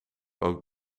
ook